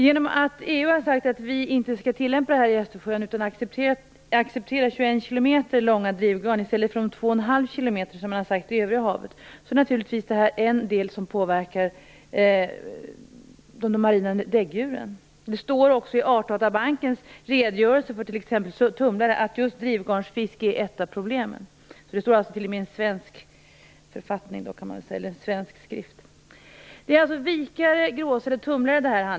Genom att EU har sagt att vi inte skall tillämpa detta i Östersjön, utan att vi skall acceptera 21 km långa drivgarn - i stället för de 2,5 km som man har sagt skall gälla i havet i övrigt - är det här naturligtvis någonting som påverkar de marina däggdjuren. Det står också i Artdatabankens redogörelse för t.ex. tumlare att just drivgarnsfiske är ett av problemen. Det står alltså t.o.m. i en svensk skrift. Det här handlar alltså om vikare, gråsäl och tumlare.